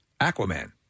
Aquaman